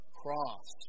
cross